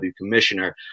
commissioner